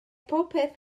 bopeth